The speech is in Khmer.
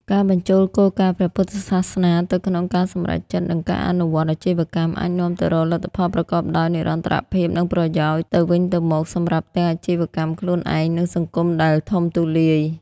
ការបញ្ចូលគោលការណ៍ព្រះពុទ្ធសាសនាទៅក្នុងការសម្រេចចិត្ត និងការអនុវត្តអាជីវកម្ម អាចនាំទៅរកលទ្ធផលប្រកបដោយនិរន្តរភាព និងប្រយោជន៍ទៅវិញទៅមកសម្រាប់ទាំងអាជីវកម្មខ្លួនឯង និងសង្គមដែលធំទូលាយ។